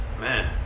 Man